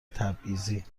تبعیضی